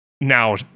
now